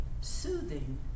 soothing